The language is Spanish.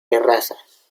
terrazas